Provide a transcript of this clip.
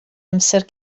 amser